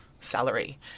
salary